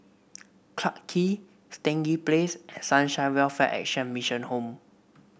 Clarke Quay Stangee Place and Sunshine Welfare Action Mission Home